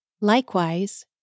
Likewise